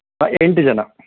ಹಾಂ ಎಂಟು ಜನ